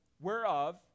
whereof